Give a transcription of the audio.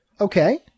okay